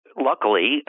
luckily